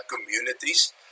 communities